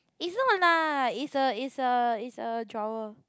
is not lah is a is a is a drawer